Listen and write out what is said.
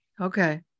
Okay